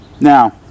Now